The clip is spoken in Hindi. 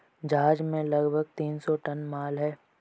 जहाज में लगभग तीन सौ टन माल है